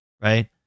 Right